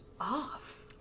off